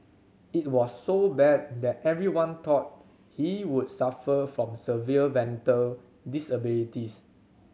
it was so bad that everyone thought he would suffer from severe mental disabilities